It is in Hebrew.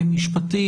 משפטי.